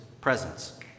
presence